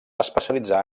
especialitzar